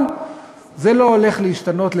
אבל זה לא הולך להשתנות,